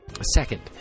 Second